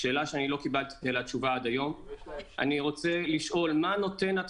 שאלה שעד היום לא קיבלתי עליה תשובה.